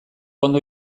ondo